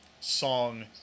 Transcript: song